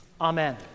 Amen